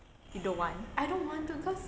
you don't want